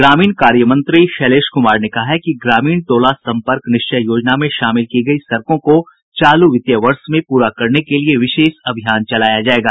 ग्रामीण कार्य मंत्री शैलेश कुमार ने कहा है कि ग्रामीण टोला संपर्क निश्चय योजना में शामिल की गयी सड़कों को चालू वित्तीय वर्ष में पूरा करने के लिये विशेष अभियान चलाया जायेगा